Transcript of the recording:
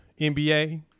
NBA